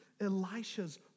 Elisha's